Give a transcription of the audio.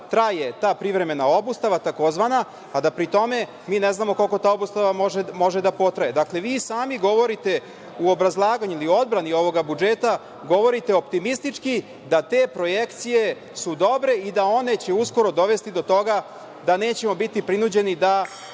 traje ta privremena obustava tzv, a da pri tome mi ne znamo koliko ta obustava može da potraje. Vi sami govorite u obrazlaganju ili u odbrani ovoga budžeta, govorite optimistički da te projekcije su dobre i da će one uskoro dovesti do toga da nećemo biti prinuđeni da